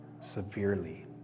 severely